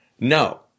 No